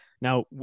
now